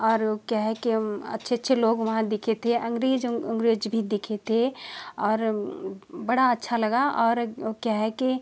और वो क्या है कि हम अच्छे अच्छे लोग वहाँ दिखे थे अंग्रेजं अंग्रेज भी दिखे थे और बड़ा अच्छा लगा और क्या है कि